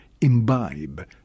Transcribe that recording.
imbibe